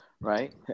right